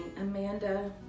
Amanda